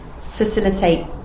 facilitate